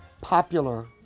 popular